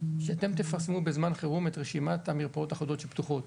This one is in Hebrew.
כשאתם תפרסמו בזמן חירום את רשימת המרפאות האחודות שפתוחות,